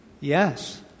Yes